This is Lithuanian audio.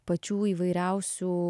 pačių įvairiausių